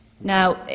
Now